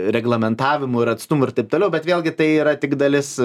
reglamentavimų ir atstumų ir taip toliau bet vėlgi tai yra tik dalis